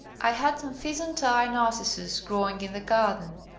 i had some pheasant-eye narcissus growing in the garden.